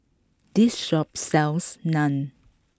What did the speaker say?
this shop sells Naan